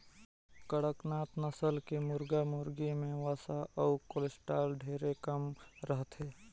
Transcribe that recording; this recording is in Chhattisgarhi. कड़कनाथ नसल के मुरगा मुरगी में वसा अउ कोलेस्टाल ढेरे कम रहथे